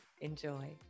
Enjoy